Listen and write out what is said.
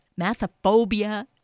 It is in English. Mathophobia